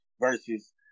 versus